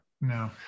No